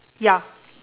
ya